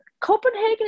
Copenhagen